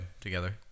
together